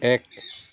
এক